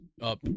up